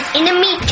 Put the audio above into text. enemy